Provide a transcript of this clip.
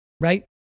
right